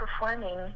performing